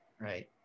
right